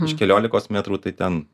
iš keliolikos metrų tai ten